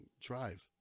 drive